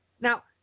Now